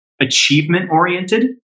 achievement-oriented